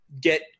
get